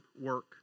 work